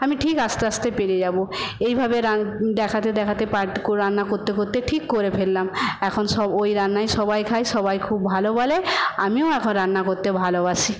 আমি ঠিক আস্তে আস্তে পেরে যাবো এইভাবে রান দেখাতে দেখাতে রান্না করতে করতে ঠিক করে ফেললাম এখন সব ওই রান্নাই সবাই সবাই খুব ভালো বলে আমিও এখন রান্না করতে ভালোবাসি